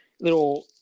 little